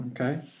Okay